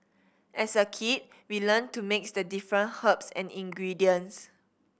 as a kid we learnt to mix the different herbs and ingredients